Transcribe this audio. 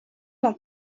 dans